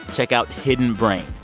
check out hidden brain.